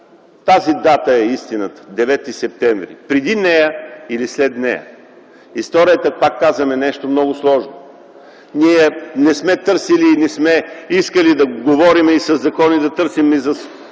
тази дата е истината, 9 и септември, преди нея или след нея. Историята, пак казвам, е нещо много сложно. Ние не сме искали да говорим и със закони да търсим това,